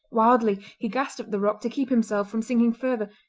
wildly he grasped at the rock to keep himself from sinking further,